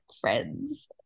friends